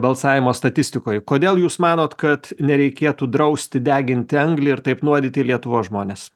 balsavimo statistikoj kodėl jūs manot kad nereikėtų drausti deginti anglį ir taip nuodyti lietuvos žmones